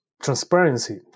transparency